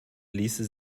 ließe